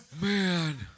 Man